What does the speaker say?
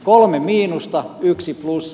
kolme miinusta yksi plussa